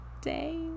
day